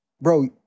bro